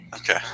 Okay